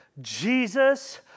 Jesus